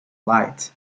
light